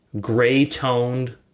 gray-toned